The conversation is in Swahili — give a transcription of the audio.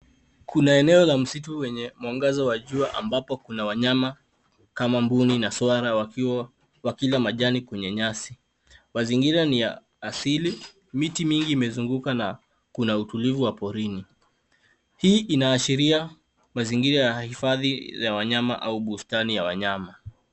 Kuna eneo la msitu wenye mwangaza wa jua ambapo kuna wananyama kama mbuni na sawara wakiwa wakila majani kwa nyasi mazingira ni ya asili miti mingi imezunguka na kuna utulivu wa porini hii inaashiria mazingira ya hifadhi ya wanyama au bustani ya wanyama.